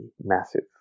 massive